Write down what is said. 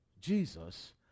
Jesus